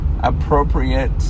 appropriate